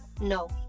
no